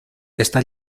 está